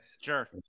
Sure